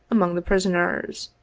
among the prisoners.